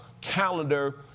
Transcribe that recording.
calendar